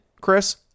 Chris